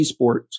esports